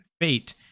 fate